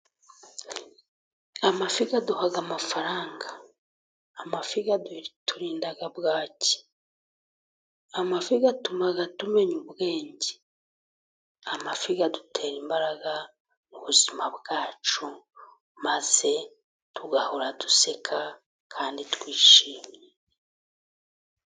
Amafi aduha amafaranga, amafi aturinda bwaki, amafi atuma tumenya ubwenge, amafi adutera imbaraga mu buzima bwacu, maze tugahora duseka kandi twishimye.